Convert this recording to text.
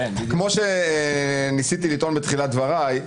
כמו שניסיתי לטעון בתחילת דבריי,